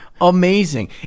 amazing